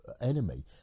enemy